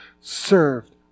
served